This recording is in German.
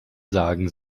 sagen